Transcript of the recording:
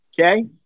okay